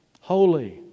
Holy